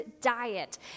diet